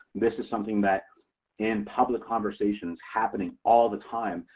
this is something that in public conversations, happening all the time,